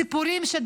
סיפורים,